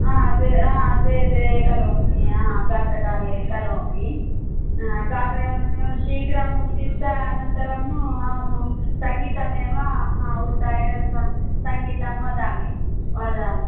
हा द्वे हा द्वे द्वे करोमि हा प्रातः काले करोमि हा प्रातः शीघ्रम् उत्थाय अनन्तरम् अहं सङ्गीतमेव आ उत्थाय सङ्गीतं वदामि वदामि